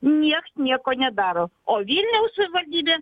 nieks nieko nedaro o vilniaus savivaldybė